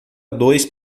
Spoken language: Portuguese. dois